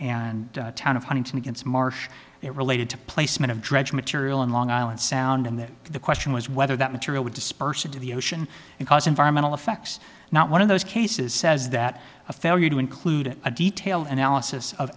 and town of huntington against marsh it related to placement of dredge material in long island sound and that the question was whether that material would disperse into the ocean and cause environmental effects not one of those cases says that a failure to include a detailed analysis of